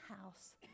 house